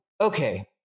okay